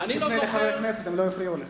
אז אל תפנה אל חברי הכנסת והם לא יפריעו לך.